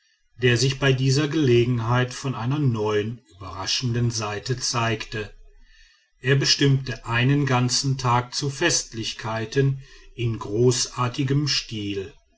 der sich bei dieser gelegenheit von einer neuen überraschenden seite zeigte er bestimmte einen ganzen tag zu festlichkeiten in großartigem stil